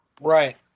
Right